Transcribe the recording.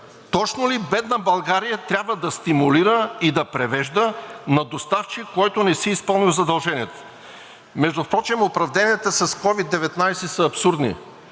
Точно ли бедна България трябва да стимулира и да превежда на доставчик, който не си е изпълнил задълженията? Между другото, оправданията с COVID-19 са абсурдни.